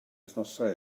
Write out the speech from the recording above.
wythnosau